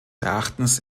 erachtens